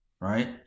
right